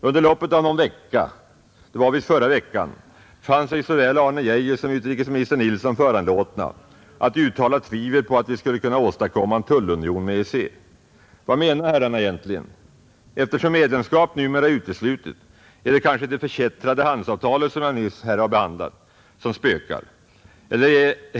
Under loppet av någon vecka — det var visst förra veckan — fann sig såväl Arne Geijer som utrikesminister Nilsson föranlåtna att uttala tvivel på att vi skulle kunna åstadkomma en tullunion med EEC. Vad menar herrarna egentligen? Eftersom medlemskap numera är uteslutet är det kanske det förkättrade handelsavtalet — som jag nyss har behandlat — som spökar.